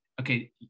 okay